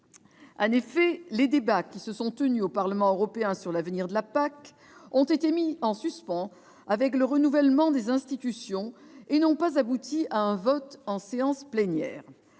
En effet, les débats qui se sont tenus au Parlement européen sur l'avenir de la PAC ont été mis en suspens avec le renouvellement des institutions et n'ont pas abouti à un vote en séance plénière.